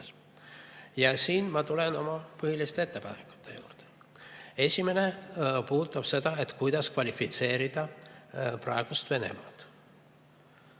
Ja siin ma tulen oma põhiliste ettepanekute juurde. Esimene puudutab seda, kuidas kvalifitseerida praegust Venemaad.